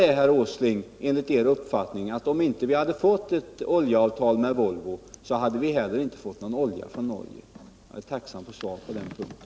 Innebär det enligt er uppfattning, herr Åsling, att om vi inte hade fått ett oljeavtal genom Volvo, skulle vi inte heller ha fått någon olja från Norge? Jag är tacksam för svar på den punkten.